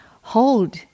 hold